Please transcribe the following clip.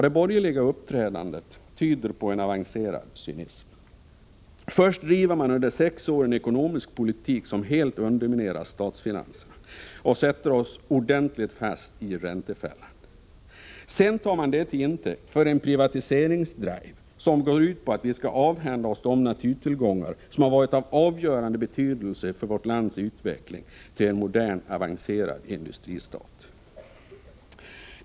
Det borgerliga uppträdandet tyder på en avancerad cynism. Först driver de under sex år en ekonomisk politik som helt underminerar statsfinanserna och sätter oss ordentligt fast i räntefällan. Sedan tar de det till intäkt för en privatiseringsdrive, som går ut på att vi skall avhända oss de naturtillgångar som har varit av avgörande betydelse för vårt lands utveckling till en modern, avancerad industristat.